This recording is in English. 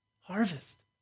harvest